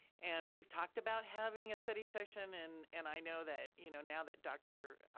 and we talked about having a study session and and i know that, you know, now that dr.